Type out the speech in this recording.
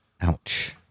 Ouch